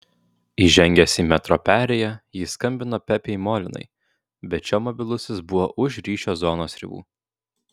įžengęs į metro perėją jis skambino pepei molinai bet šio mobilusis buvo už ryšio zonos ribų